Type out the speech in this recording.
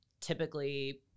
typically